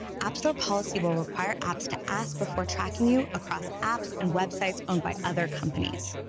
app store policy will require apps to ask before tracking you across apps and websites owned by other companies.